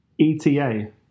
ETA